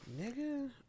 Nigga